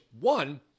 One